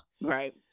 Right